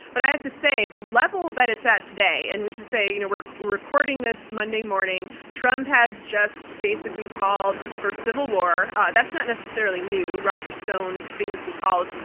but i have to say, the level that it's at today, and we should say, you know we're recording this monday morning, trump has just basically called for civil war that's not necessarily new. roger stone famously called,